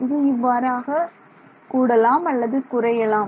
இது இவ்வாறாக கூடலாம் அல்லது குறையலாம்